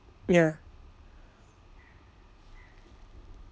ya